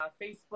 Facebook